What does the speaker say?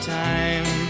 time